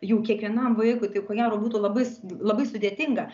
jau kiekvienam vaikui tai ko gero būtų labai labai sudėtinga